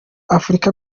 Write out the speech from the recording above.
africa